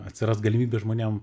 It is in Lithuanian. atsiras galimybė žmonėms